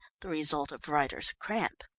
the result of writers' cramp.